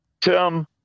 Tim